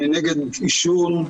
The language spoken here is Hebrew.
אני נגד עישון,